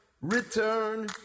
return